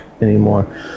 anymore